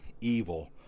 evil